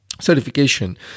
certification